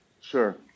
Sure